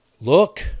Look